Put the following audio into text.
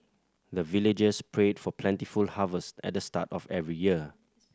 the villagers pray for plentiful harvest at the start of every year